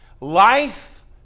Life